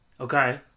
Okay